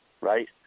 right